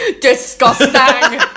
Disgusting